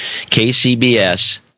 KCBS